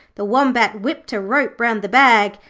the wombat whipped a rope round the bag,